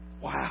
Wow